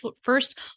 first